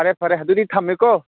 ꯐꯔꯦ ꯐꯔꯦ ꯑꯗꯨꯗꯤ ꯊꯝꯃꯦꯀꯣ